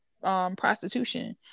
prostitution